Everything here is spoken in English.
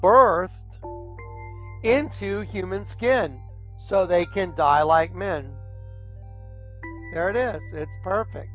birth into human skin so they can die like men or it in it's perfect